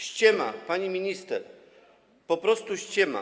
Ściema, pani minister, po prostu ściema.